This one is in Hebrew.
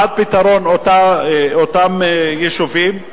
עד פתרון הבעיה באותם יישובים.